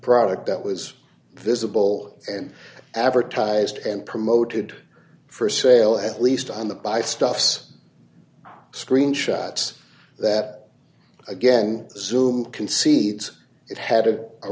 product that was visible and advertised and promoted d for sale at least on the buy stuffs screen shots that again zoom concedes it had a